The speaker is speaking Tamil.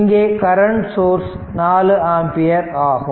இங்கே கரண்ட் சோர்ஸ் 4 ஆம்பியர் ஆகும்